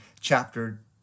chapter